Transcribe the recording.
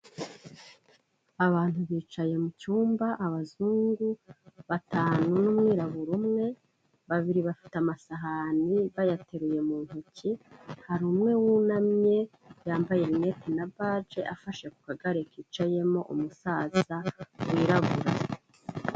Abantu bicaye mu cyumba abazungu batanu n'umwirabura umwe, babiri bafite amasahani bayateruye mu ntoki, hari umwe wunamye yambaye rinete na baje afashe ku kagare kicayemo umusaza wirabura.